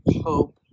Hope